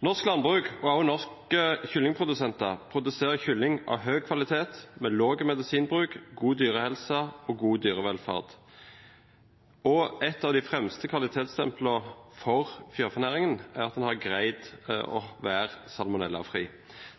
Norsk landbruk og norske kyllingprodusenter produserer kylling av høy kvalitet og med lav medisinbruk, god dyrehelse og god dyrevelferd. Et av de fremst kvalitetsstemplene for fjørfenæringen er at en har greid å være salmonellafri.